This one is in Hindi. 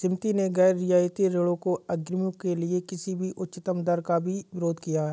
समिति ने गैर रियायती ऋणों और अग्रिमों के लिए किसी भी उच्चतम दर का भी विरोध किया